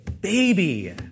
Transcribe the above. baby